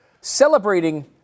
celebrating